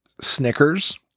Snickers